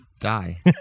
die